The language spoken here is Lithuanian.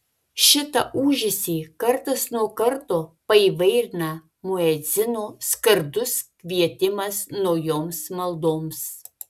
šitą ūžesį kartas nuo karto paįvairina muedzino skardus kvietimas naujoms maldoms